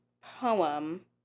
poem